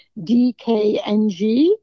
DKNG